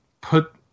put